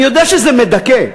אני יודע שזה מדכא.